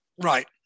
Right